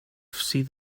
sydd